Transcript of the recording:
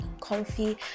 comfy